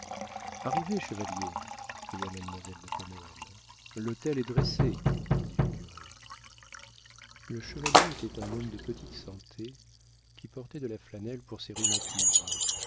arrivez chevalier cria mademoiselle de pen hoël l'autel est dressé dit le curé le chevalier était un homme de petite santé qui portait de la flanelle pour ses rhumatismes